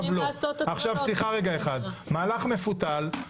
--- מהלך מפותל.